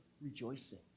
rejoicing